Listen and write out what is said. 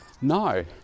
no